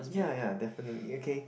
ya ya definitely okay